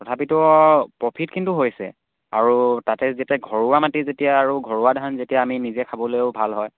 তথাপিতো প্ৰফিট কিন্তু হৈছে আৰু তাতে যেতিয়া ঘৰুৱা মাটি যেতিয়া আৰু ঘৰুৱা ধান যেতিয়া আমি নিজে খাবলৈয়ো ভাল হয়